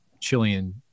Chilean